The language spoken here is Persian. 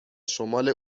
شمال